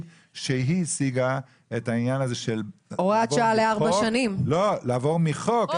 שהיא השיגה את העניין הזה של לעבור מחוק.